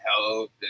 help